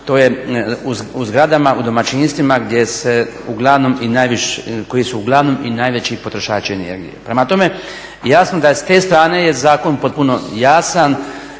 To je u zgradama, u domaćinstvima gdje se uglavnom, koji su uglavnom i najveći potrošači energije. Prema tome, jasno da s te strane je zakon potpuno jasan